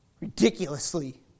ridiculously